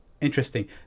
Interesting